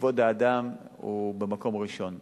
כבוד האדם הוא במקום הראשון.